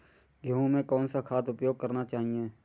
गेहूँ में कौन सा खाद का उपयोग करना चाहिए?